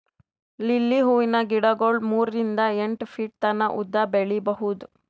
lily ಹೂವಿನ ಗಿಡಗೊಳ್ ಮೂರಿಂದ್ ಎಂಟ್ ಫೀಟ್ ತನ ಉದ್ದ್ ಬೆಳಿಬಹುದ್